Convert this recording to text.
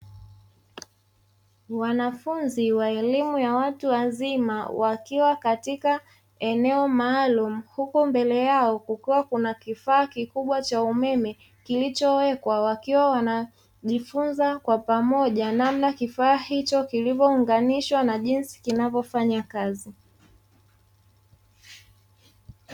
Wanafunzi wa elimu ya watu wazima wakiwa katika eneo maalumu huku mbele yao kukiwa na kifaa kikubwa cha umeme kilichowekwa, wakiwa wanajifunza kwa pamoja namna kifaa hicho kilivyounganishwa na jinsi kinavyofanya kazi.